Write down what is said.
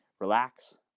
relax